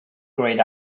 grayed